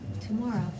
Tomorrow